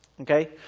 okay